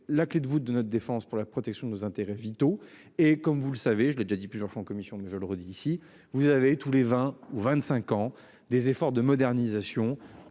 la clé de voûte de notre défense pour la protection de nos intérêts vitaux et comme vous le savez, je l'ai déjà dit plusieurs fois en commission mais je le redis ici, vous avez tous les 20 ou 25 ans, des efforts de modernisation